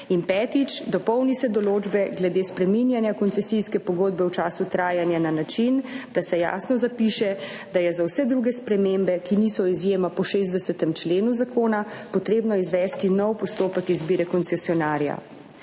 In petič. Dopolni se določbe glede spreminjanja koncesijske pogodbe v času trajanja na način, da se jasno zapiše, da je za vse druge spremembe, ki niso izjema po 60. členu Zakona, potrebno izvesti nov postopek izbire koncesionarja.